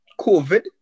COVID